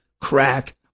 crack